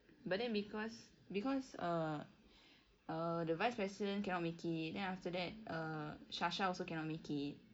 but then because because err err the vice president cannot make it then after that err sasha also cannot make it